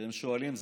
כשהם שואלים,